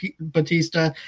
Batista